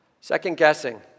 Second-guessing